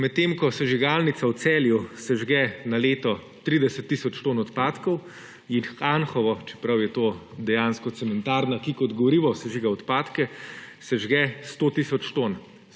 Medtem ko sežigalnica v Celju sežge na leto 30 tisoč ton odpadkov, jih Anhovo, čeprav je to dejansko cementarna, ki kot gorivo sežiga odpadke, sežge 100 tisoč ton.